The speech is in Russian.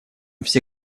все